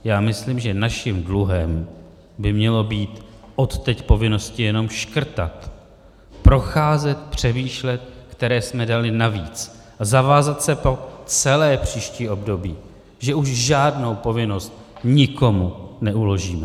Já myslím, že naším dluhem by mělo být odteď povinnosti jenom škrtat, procházet, přemýšlet, které jsme dali navíc, a zavázat se po celé příští období, že už žádnou povinnost nikomu neuložíme.